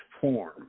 form